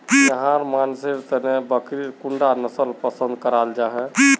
याहर मानसेर तने बकरीर कुंडा नसल पसंद कराल जाहा?